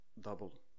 double